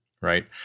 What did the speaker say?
right